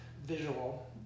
Visual